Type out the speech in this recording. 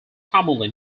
commonly